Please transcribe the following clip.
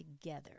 together